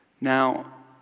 Now